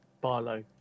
Barlow